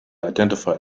identify